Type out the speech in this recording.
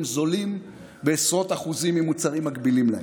הם זולים בעשרות אחוזים ממוצרים מקבילים להם.